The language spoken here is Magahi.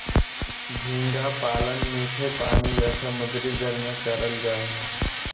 झींगा पालन मीठे पानी या समुंद्री जल में करल जा हय